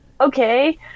okay